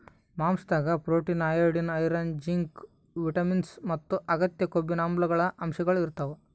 ಮಾಂಸಾದಾಗ್ protein, iodine, iron, zinc, vitamins ಮತ್ತ್ ಅಗತ್ಯ ಕೊಬ್ಬಿನಾಮ್ಲಗಳ್ ಅಂಶಗಳ್ ಇರ್ತವ್